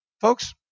folks